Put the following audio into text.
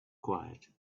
quiet